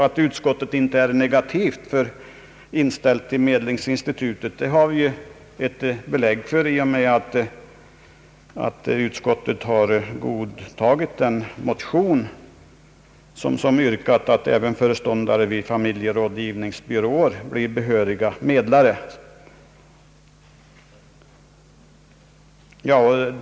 Att utskottet inte är negativt inställt till medlingsinstitutet har vi fått belägg för genom att utskottet har godtagit den motion, som yrkade att även föreståndare vid familjerådgivningsbyråer blir behöriga medlare.